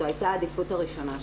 זו הייתה העדיפות הראשונה שלי.